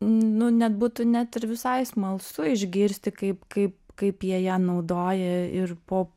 nu net būtų net ir visai smalsu išgirsti kaip kaip kaip jie ją naudoja ir po